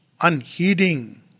unheeding